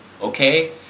okay